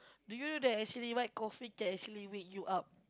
do you know that actually white coffee can actually wake you up